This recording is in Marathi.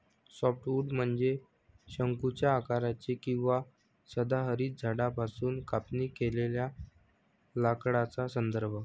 सॉफ्टवुड म्हणजे शंकूच्या आकाराचे किंवा सदाहरित झाडांपासून कापणी केलेल्या लाकडाचा संदर्भ